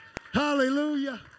Hallelujah